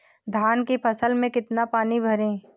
धान की फसल में कितना पानी भरें?